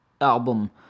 album